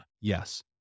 Yes